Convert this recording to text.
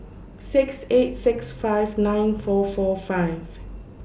six eight six five nine four four five